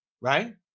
right